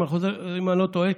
אם אני לא טועה,